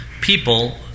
people